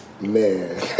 Man